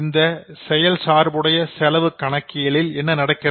இந்த செயல் சார்புடைய செலவு கணக்கியியலில் என்ன நடக்கிறது